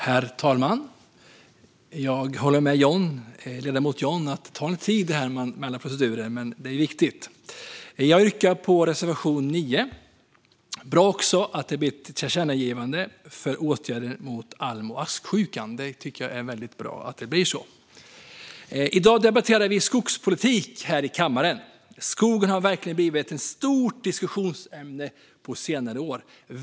Herr talman! Jag yrkar bifall till reservation 9. Det är också bra att det blir ett tillkännagivande om åtgärder mot alm och asksjuka. I dag debatterar vi skogspolitik här i kammaren. Skogen har verkligen blivit ett stort diskussionsämne på senare år.